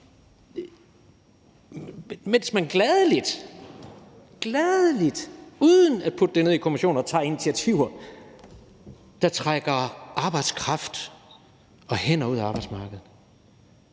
mens man gladeligt uden at putte det ned i en kommission tager initiativer, der trækker arbejdskraft og hænder ud af arbejdsmarkedet.